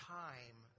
time